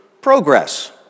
progress